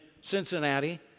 Cincinnati